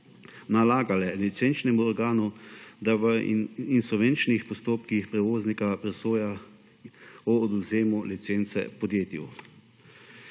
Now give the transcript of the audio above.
nalagale licenčnemu organu, da v insolventnih postopkih prevoznika presoja o odvzemu licence podjetju.